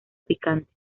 picante